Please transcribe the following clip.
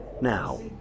now